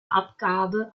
abgabe